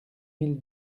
mille